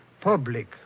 public